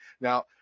Now